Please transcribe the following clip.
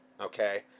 okay